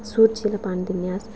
सूरज गी जिल्लै पानी दिन्ने आं अस